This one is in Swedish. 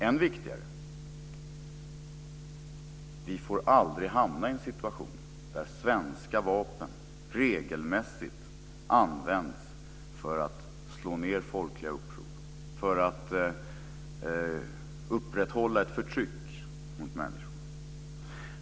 Än viktigare är att vi aldrig får hamna i en situation där svenska vapen regelmässigt används för att slå ned folkliga uppror och för att upprätthålla ett förtryck mot människor.